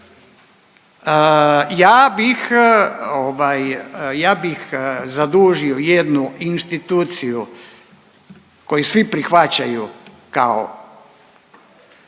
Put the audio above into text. ja bih zadužio jednu instituciju koju svi prihvaćaju kao